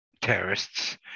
terrorists